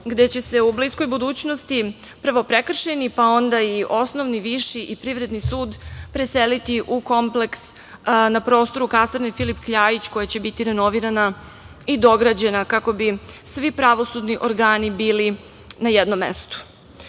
gde će se u bliskoj budućnosti prvo Prekršajni, pa onda i Osnovni, Viši i Privredni sud preseliti u kompleks na prostoru kasarne „Filip Kljajić“ koja će biti renovirana i dograđena kako bi svi pravosudni organi bili na jednom mestu. Sudije